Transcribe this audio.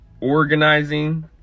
organizing